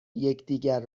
یکدیگر